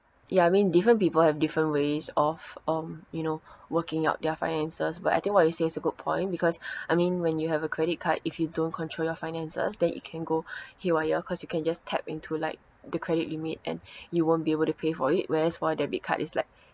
ya I mean different people have different ways of um you know working out their finances but I think what you say is a good point because I mean when you have a credit card if you don't control your finances then you can go haywire cause you can just tap into like the credit limit and you won't be able to pay for it whereas for debit card is like